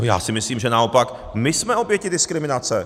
Já si myslím, že naopak my jsme oběti diskriminace.